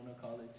College